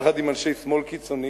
יחד עם אנשי שמאל קיצוני